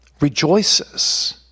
rejoices